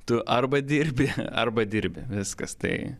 tu arba dirbi arba dirbi viskas tai